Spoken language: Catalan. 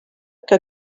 que